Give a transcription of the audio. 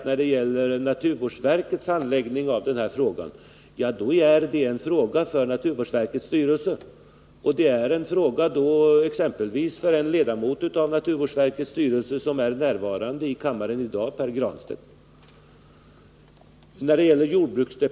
När det gäller naturvårdsverkets handläggning vill jag säga att detta är en fråga för naturvårdsverkets styrelse. Det är exempelvis en fråga för den ledamot av naturvårdsverkets styrelse som är närvarande i kammaren i dag, nämligen Pär Granstedt.